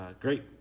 Great